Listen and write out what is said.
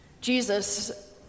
Jesus